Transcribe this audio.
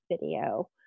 video